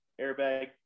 airbag